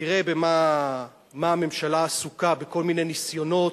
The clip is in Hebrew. תראה במה הממשלה עסוקה, בכל מיני ניסיונות,